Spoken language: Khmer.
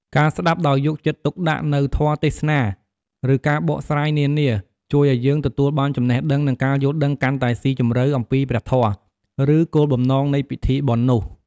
ការស្តាប់ដោយយកចិត្តទុកដាក់ នូវធម៌ទេសនា ឬការបកស្រាយនានា ជួយឲ្យយើងទទួលបានចំណេះដឹង និងការយល់ដឹងកាន់តែស៊ីជម្រៅអំពីព្រះធម៌ ឬគោលបំណងនៃពិធីបុណ្យនោះ។